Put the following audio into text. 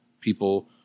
people